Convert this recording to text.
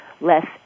less